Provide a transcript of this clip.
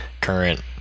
current